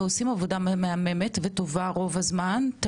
מהממת וטובה רוב הזמן,